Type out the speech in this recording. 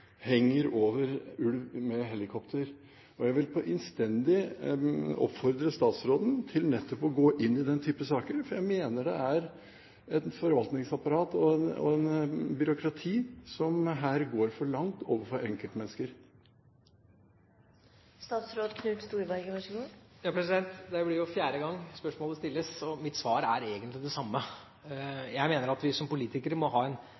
henger over ulv i helikopter. Jeg vil innstendig oppfordre statsråden til å gå inn i den type saker, for jeg mener det er et forvaltningsapparat og et byråkrati som her går for langt overfor enkeltmennesker. Det blir jo fjerde gang spørsmålet stilles, og mitt svar er egentlig det samme. Jeg mener at vi som politikere må ha en